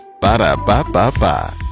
Ba-da-ba-ba-ba